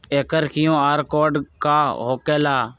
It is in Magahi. एकर कियु.आर कोड का होकेला?